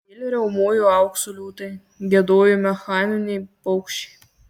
vėl riaumojo aukso liūtai giedojo mechaniniai paukščiai